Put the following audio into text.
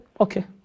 okay